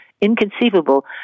inconceivable